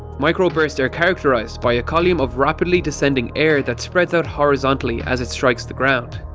microbursts are characterised by a column of rapidly descending air that spreads out horizontally as it strikes the ground.